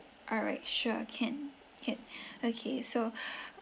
alright sure can can okay so